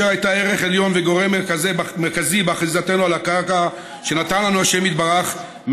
אשר הייתה ערך עליון וגורם מרכזי באחיזתנו על הקרקע שנתן לנו השם יתברך,